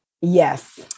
Yes